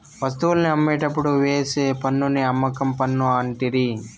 వస్తువుల్ని అమ్మేటప్పుడు వేసే పన్నుని అమ్మకం పన్ను అంటిరి